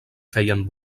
feien